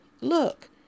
look